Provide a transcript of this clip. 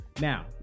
now